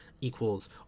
equals